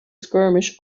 skirmish